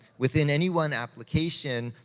within any one application,